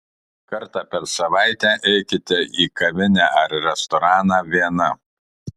kartą per savaitę eikite į kavinę ar restoraną viena